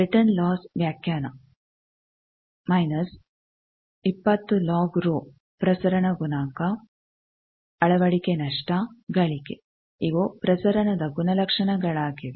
return loss ವ್ಯಾಖ್ಯಾನ minus 20 log ರೊಃ ಪ್ರಸರಣ ಗುಣಾಂಕ ಅಳವಡಿಕೆ ನಷ್ಟ ಗಳಿಕೆ ಇವು ಪ್ರಸರಣದ ಗುಣಲಕ್ಷಣಗಳಾಗಿವೆ